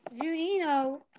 Zunino